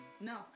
No